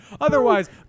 otherwise